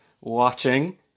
watching